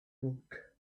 book